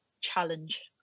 challenge